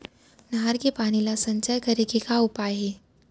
नहर के पानी ला संचय करे के का उपाय हे?